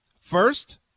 First